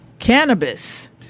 Cannabis